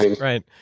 right